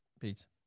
Peace